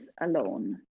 alone